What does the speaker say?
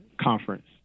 conference